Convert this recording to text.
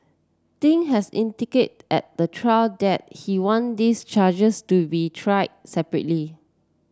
Ding has indicate at the trial that he want this charges to be tried separately